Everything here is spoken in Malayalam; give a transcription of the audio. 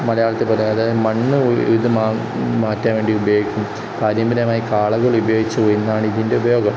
മലയാളത്തിൽ പറയുക അതായത് മണ്ണ് ഇത് മാറ്റാൻ വേണ്ടി ഉപയോഗിക്കും പാരമ്പര്യമായി കാളകൾ ഉപയോഗിച്ചു എന്നാണ് ഇതിൻ്റെ ഉപയോഗം